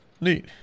Neat